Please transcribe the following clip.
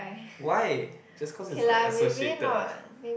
why just cause it's like associated ah